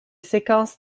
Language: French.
séquences